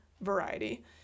variety